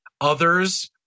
others